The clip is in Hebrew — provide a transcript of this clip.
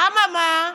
אממה,